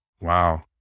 Wow